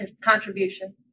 contribution